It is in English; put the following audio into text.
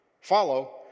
Follow